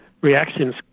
reactions